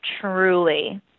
truly